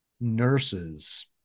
nurses